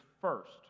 first